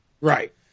Right